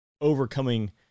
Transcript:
overcoming